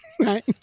right